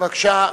בבקשה.